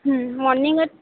હમ morning જ